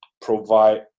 provide